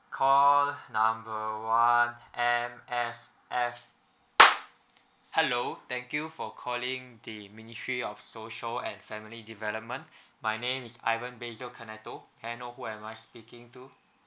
call number one M_S_F hello thank you for calling the ministry of social and family development my name is ivan bezo kenato can I know who am I speaking to